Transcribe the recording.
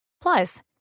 Plus